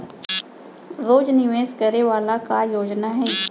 रोज निवेश करे वाला का योजना हे?